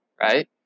right